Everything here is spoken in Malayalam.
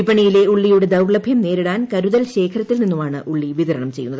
വിപണിയിലെ ഉള്ളിയുടെ ദൌർലഭ്യം നേരിടാൻ കരുതൽ ശേഖരത്തിൽ നിന്നുമാണ് ഉള്ളി വിതരണം ചെയ്യുന്നത്